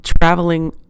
traveling